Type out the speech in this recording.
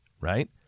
right